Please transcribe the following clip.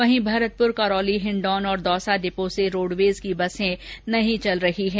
वहीं भरतपुर करौली हिण्डौन और दौसा डिपो से रोडवेज की बसें नहीं चल रही है